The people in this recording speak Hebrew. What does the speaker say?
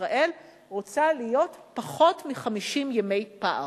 ישראל רוצה להיות עם פחות מ-50 ימי פער.